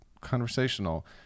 conversational